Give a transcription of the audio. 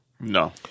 No